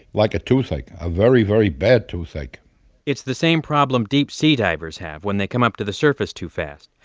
like a toothache, a very, very bad toothache it's the same problem deep-sea divers have when they come up to the surface too fast,